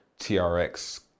TRX